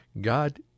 God